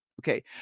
Okay